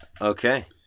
Okay